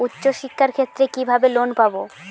উচ্চশিক্ষার ক্ষেত্রে কিভাবে লোন পাব?